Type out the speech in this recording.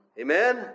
Amen